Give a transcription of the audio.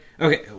okay